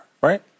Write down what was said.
right